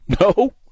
No